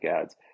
ads